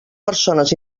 persones